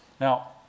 Now